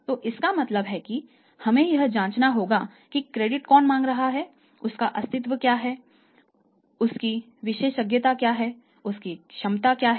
तो इसका मतलब है कि हमें यह जांचना होगा कि क्रेडिट कौन मांग रहा है उसका अस्तित्व क्या है उसकी विशेषज्ञता क्या है उसकी क्षमता क्या है